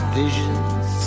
visions